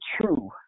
true